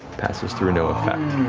passes through, no effect.